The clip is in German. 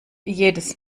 jedes